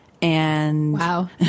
Wow